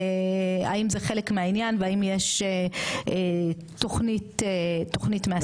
האם זה חלק מהעניין והאם יש תוכנית מהסוג הזה.